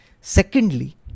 Secondly